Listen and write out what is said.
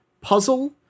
puzzle